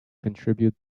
contribute